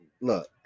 look